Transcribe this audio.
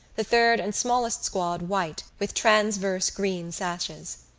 the third and smallest squad white, with transverse green sashes.